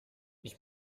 ich